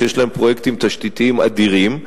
שיש להן פרויקטים תשתיתיים אדירים,